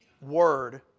word